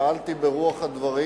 פעלתי ברוח הדברים,